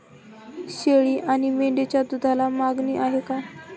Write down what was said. शेळी आणि मेंढीच्या दूधाला मागणी आहे का?